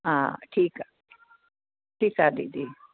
हा ठीकु आहे ठीकु आहे दीदी